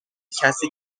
کسی